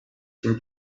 were